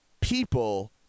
people